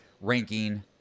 ranking